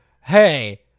hey